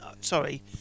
sorry